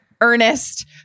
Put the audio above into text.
Ernest